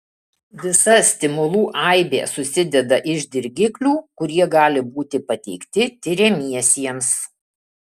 visa stimulų aibė susideda iš dirgiklių kurie gali būti pateikti tiriamiesiems